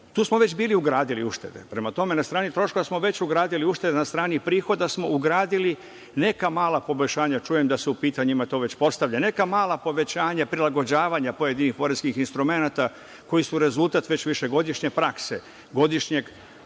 Tu smo već bili ugradili uštede. Prema tome, na strani troškova smo već ugradili uštede, na strani prihoda smo ugradili neka mala poboljšanja, čujem da su ta pitanja već postavljena, neka mala povećanja, prilagođavanja pojedinih poreskih instrumenata koji su rezultat već višegodišnje prakse godišnjeg